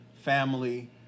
family